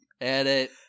Edit